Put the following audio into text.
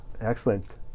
Excellent